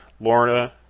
Lorna